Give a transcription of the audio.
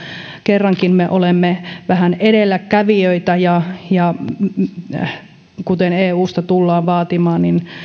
kerrankin me olemme vähän edelläkävijöitä ja ja kun eusta tullaan vaatimaan niin